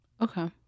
Okay